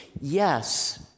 yes